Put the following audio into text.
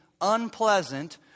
unpleasant